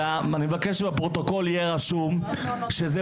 אני מבקש שבפרוטוקול יהיה רשום שזו